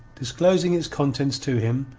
disclosing its contents to him,